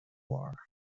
war